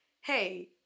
Hey